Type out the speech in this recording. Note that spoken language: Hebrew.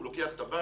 הוא לוקח טבעת,